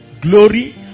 glory